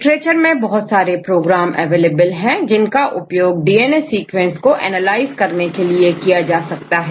literature में बहुत सारे प्रोग्राम अवेलेबल है जिनका उपयोग डीएनए सीक्वेंस को एनालाइज करने के लिए किया जा सकता है